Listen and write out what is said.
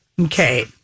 okay